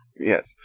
Yes